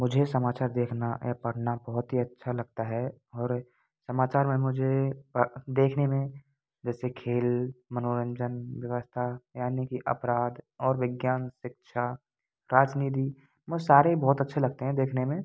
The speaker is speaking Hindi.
मुझे समाचार देखना एव पढ़ना बहुत ही अच्छा लगता है और समाचार में मुझे देखने में जैसे खेल मनोरंजन व्यवस्था यानि कि अपराध और विज्ञान शिक्षा राजनीति सारे बहुत अच्छे लगते हैं देखने में